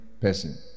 person